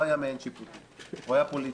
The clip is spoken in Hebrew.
פוליטי.